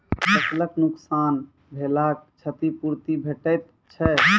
फसलक नुकसान भेलाक क्षतिपूर्ति भेटैत छै?